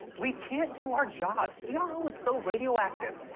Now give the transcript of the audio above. we can't do our jobs. ero is so radioactive,